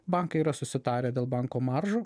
bankai yra susitarę dėl banko maržų